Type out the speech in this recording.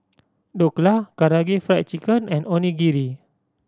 Dhokla Karaage Fried Chicken and Onigiri